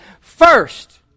first